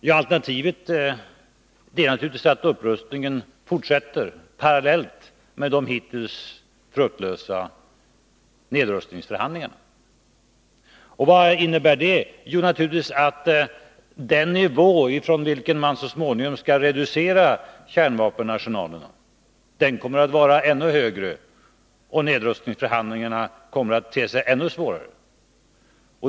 Ja, alternativet är naturligtvis att upprustningen fortsätter parallellt med de hittills fruktlösa nedrustningsförhandlingarna. Vad innebär det? Jo, naturligtvis att den nivå från vilken man så småningom skall reducera kärnvapenarsenalerna kommer att vara ännu högre, och att nedrustningsförhandlingarna kommer att vara ännu svårare.